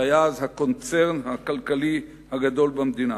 שהיה אז הקונצרן הכלכלי הגדול במדינה.